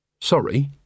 Sorry